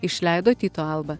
išleido tyto alba